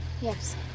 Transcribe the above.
Yes